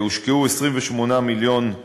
הושקעו 28 מיליון,